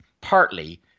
partly